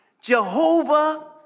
Jehovah